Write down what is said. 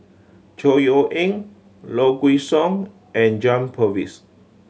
Chor Yeok Eng Low Kway Song and John Purvis